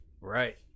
Right